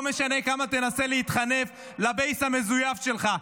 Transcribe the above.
לא משנה כמה תנסה להתחנף לבייס המזויף שלך,